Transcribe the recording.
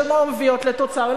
שלא מביאות לתוצר,